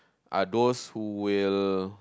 are those who will